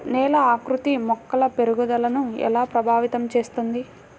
నేల ఆకృతి మొక్కల పెరుగుదలను ఎలా ప్రభావితం చేస్తుంది?